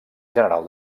general